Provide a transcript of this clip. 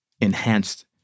enhanced